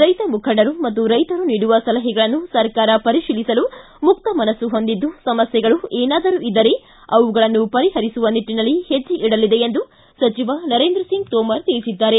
ರೈತ ಮುಖಂಡರು ಮತ್ತು ರೈತರು ನೀಡುವ ಸಲಹೆಗಳನ್ನು ಸರ್ಕಾರ ಪರಿಶೀಲಿಸಲು ಮುಕ್ತ ಮನಸ್ನು ಹೊಂದಿದ್ದು ಸಮಸ್ಥೆಗಳು ಏನಾದರೂ ಇದ್ದರೆ ಅವುಗಳನ್ನು ಪರಿಹರಿಸುವ ನಿಟ್ಟಿನಲ್ಲಿ ಹೆಜ್ಜೆ ಇಡಲಿದೆ ಎಂದು ಸಚಿವ ನರೇಂದ್ರ ಸಿಂಗ್ ತೋಮರ್ ತಿಳಿಸಿದ್ದಾರೆ